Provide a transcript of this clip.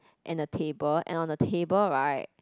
and a table and on a table right